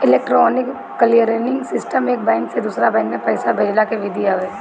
electronic clearing system एक bank से दूसरा बैंक में पईसा भेजला के विधि हवे